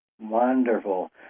Wonderful